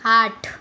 आठ